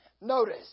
Notice